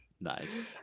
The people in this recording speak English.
Nice